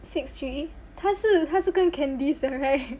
six three 他是他是跟 candice 的 right